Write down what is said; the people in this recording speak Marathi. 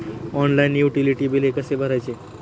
ऑनलाइन युटिलिटी बिले कसे भरायचे?